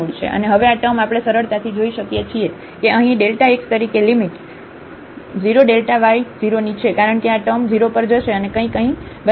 અને હવે આ ટૅમ આપણે સરળતાથી જોઈ શકીએ છીએ કે અહીં x તરીકે લિમિટ 0 y0 ની છે કારણ કે આ ટૅમ 0 પર જશે અને કંઈક અહીં બંધાયેલ છે